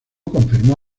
confirmó